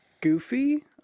goofy